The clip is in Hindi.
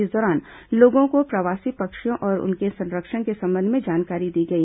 इस दौरान लोगों को प्रवासी पक्षियों और उनके संरक्षण के संबंध में जानकारी दी गई